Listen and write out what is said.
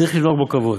צריך לנהוג בו כבוד,